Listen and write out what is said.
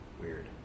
Weird